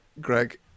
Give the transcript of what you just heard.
Greg